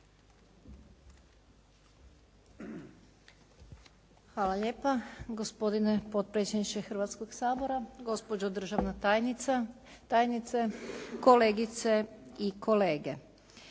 Zlatko (HNS)** Gospodine potpredsjedniče Hrvatskog sabora, gospođo državna tajnice, kolegice i kolege.